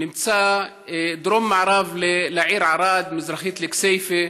נמצא דרום מערבית לעיר ערד ומזרחית לכסייפה.